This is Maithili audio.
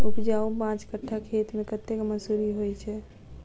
उपजाउ पांच कट्ठा खेत मे कतेक मसूरी होइ छै?